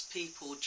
people